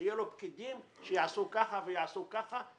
שיהיו לו פקידים שיעשו כך ויעשו כך,